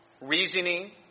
reasoning